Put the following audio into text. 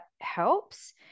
helps